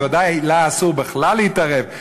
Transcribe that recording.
בוודאי לה אסור בכלל להתערב.